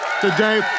today